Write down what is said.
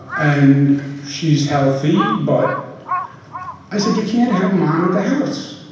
and she's healthy but i said, you can't have mom at the house.